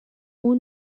اون